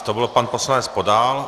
To byl pan poslanec Podal.